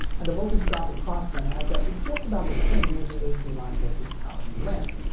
and the voltage drop across them adds up to just about the same as the ac line voltage powering the lamp.